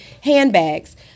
handbags